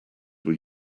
were